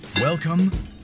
Welcome